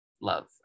love